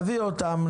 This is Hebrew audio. תביא אותן,